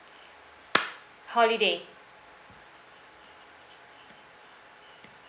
holiday